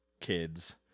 kids